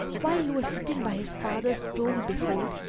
while he was sitting by his father's tomb behold,